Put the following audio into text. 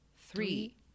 Three